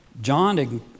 John